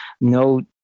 no